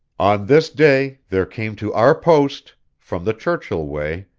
on this day there came to our post, from the churchill way,